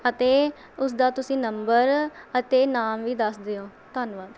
ਅਤੇ ਉਸ ਦਾ ਤੁਸੀਂ ਨੰਬਰ ਅਤੇ ਨਾਮ ਵੀ ਦੱਸ ਦਿਓ ਧੰਨਵਾਦ